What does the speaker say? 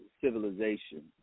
civilization